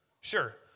Sure